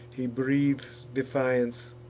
he breathes defiance,